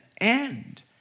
end